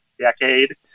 decade